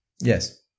Yes